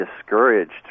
discouraged